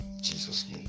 jesus